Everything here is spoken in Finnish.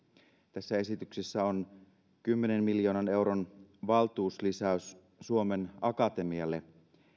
tässä esityksessä on kymmenen miljoonan euron valtuuslisäys suomen akatemialle